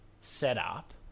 setup